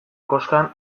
koskan